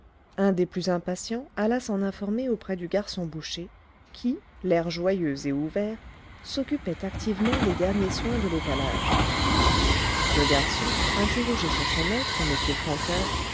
un des plus impatients alla s'en informer auprès du garçon boucher qui l'air joyeux et ouvert s'occupait activement des derniers soins de l'étalage le garçon interrogé sur son maître m francoeur